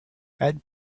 add